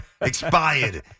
expired